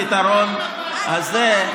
הפתרון הזה,